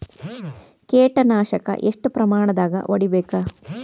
ಕೇಟ ನಾಶಕ ಎಷ್ಟ ಪ್ರಮಾಣದಾಗ್ ಹೊಡಿಬೇಕ?